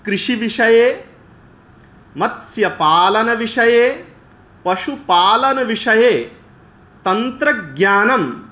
कृषिविषये मत्स्यपालनविषये पशुपालनविषये तन्त्रज्ञानं